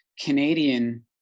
Canadian